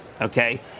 okay